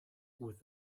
with